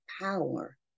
power